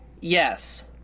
Yes